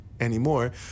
anymore